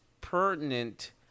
pertinent